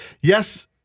Yes